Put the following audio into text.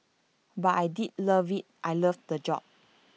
but I did loved IT L love the job